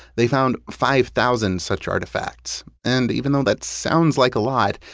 they found five thousand such artifacts. and even though that sounds like a lot,